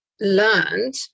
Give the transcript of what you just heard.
learned